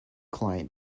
client